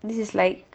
this is like